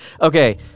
Okay